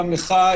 גם לך,